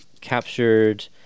captured